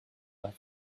left